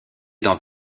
dans